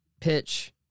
pitch